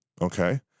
Okay